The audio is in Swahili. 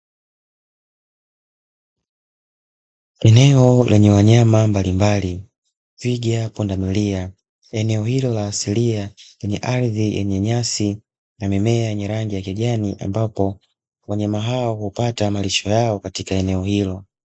Eneo lenye wanyama mbalimbali twiga, pundamilia, eneo hilo la asilia ni ardhi yenye nyanyasi na mimea nyarangi ya kijani ambapo wanyama hao hupata malisho yao katika eneo hilo.